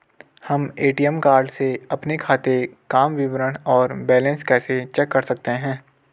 हम ATM card से अपने खाते काम विवरण और बैलेंस कैसे चेक कर सकते हैं?